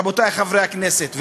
רבותי חברי הכנסת.